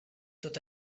tot